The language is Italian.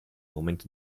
momento